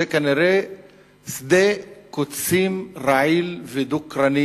אלא שדה קוצים רעיל ודוקרני